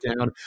down